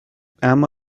اما